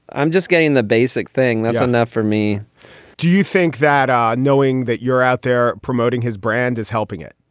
i'm just getting the basic thing. that's enough for me do you think that um knowing that you're out there promoting his brand is helping it?